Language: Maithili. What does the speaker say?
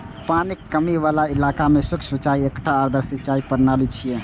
पानिक कमी बला इलाका मे सूक्ष्म सिंचाई एकटा आदर्श सिंचाइ प्रणाली छियै